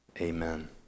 Amen